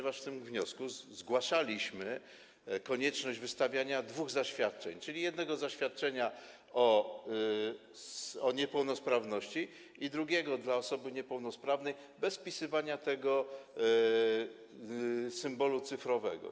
W tym wniosku zgłaszaliśmy konieczność wystawiania dwóch zaświadczeń, czyli jednego zaświadczenia o niepełnosprawności i drugiego dla osoby niepełnosprawnej bez wpisywania symbolu cyfrowego.